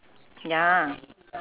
ya